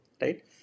right